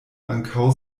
ankaŭ